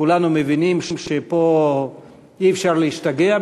כולנו מבינים שפה אי-אפשר להשתגע,